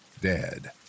dead